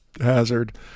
Hazard